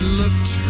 looked